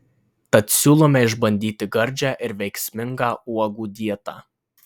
tad siūlome išbandyti gardžią ir veiksmingą uogų dietą